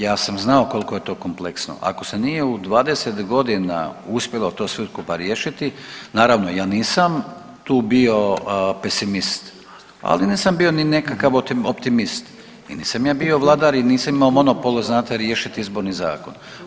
Ja sam znao koliko je to kompleksno, ako se nije u 20 godina uspjelo to sve skupa riješiti naravno ja nisam tu bio pesimist, ali nisam bio ni nekakav optimist i nisam ja bio vladar i nisam ja imao monopol znate riješiti izborni zakon.